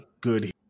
good